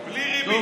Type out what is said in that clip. בלי ריבית.